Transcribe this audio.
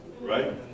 Right